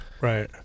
Right